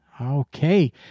okay